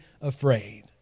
afraid